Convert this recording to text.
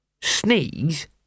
Sneeze